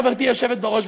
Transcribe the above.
חברתי היושבת בראש,